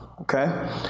okay